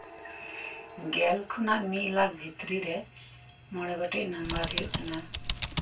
ᱜᱮᱞ ᱠᱷᱚᱱᱟᱜ ᱢᱤᱫ ᱞᱟᱠᱷ ᱵᱷᱤᱨᱛᱨᱤ ᱨᱮ ᱢᱚᱸᱬᱮ ᱜᱚᱴᱮᱡ ᱱᱟᱢᱵᱟᱨ ᱦᱩᱭᱩᱜ ᱠᱟᱱᱟ